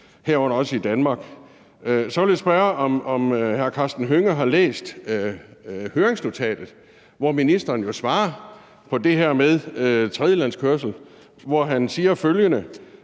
herunder også i Danmark. Så vil jeg spørge, om hr. Karsten Hønge har læst høringsnotatet, hvor ministeren jo svarer på det her med tredjelandskørsel, og hvor han siger,